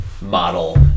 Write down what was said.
model